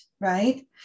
Right